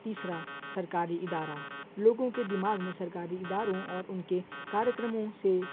تیسرا سرکاری ادارہ لوگوں کے دماغ میں سرکاری اداروں اور ان کے کاریہ کرموں سے